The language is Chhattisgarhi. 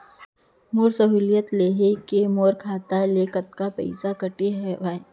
मोर सहुलियत लेहे के मोर खाता ले कतका पइसा कटे हवये?